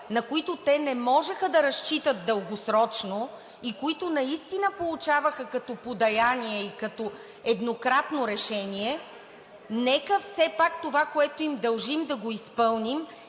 на които те не можеха да разчитат дългосрочно и които наистина получаваха като подаяние и като еднократно решение. Нека все пак това, което им дължим, да го изпълним